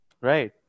right